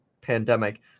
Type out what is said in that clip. pandemic